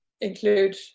include